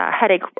headache